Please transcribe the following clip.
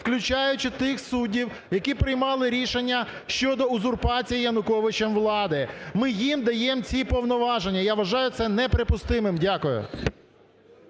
включаючи тих суддів, які приймали рішення щодо узурпації Януковичем влади, ми їм даємо ці повноваження. Я вважаю це неприпустимим. Дякую.